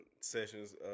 sessions